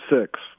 six